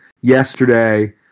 yesterday